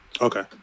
okay